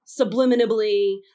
subliminally